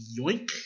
Yoink